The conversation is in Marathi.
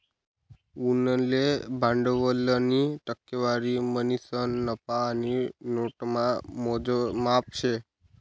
उनले भांडवलनी टक्केवारी म्हणीसन नफा आणि नोटामा मोजमाप शे